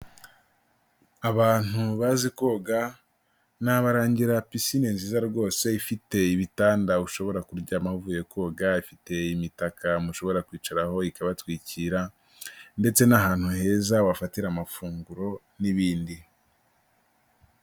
Abantu bazi koga nabarangira pisinine nziza rwose ifite ibitanda ushobora kuryamaho uvuye koga, ifite imitaka mushobora kwicaraho ikabatwikira, ndetse n'ahantu heza wafatira amafunguro n'ibindi.